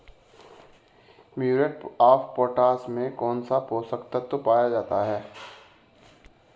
Muriate of potash में कौन सा पोषक तत्व पाया जाता है?